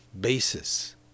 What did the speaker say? basis